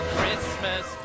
Christmas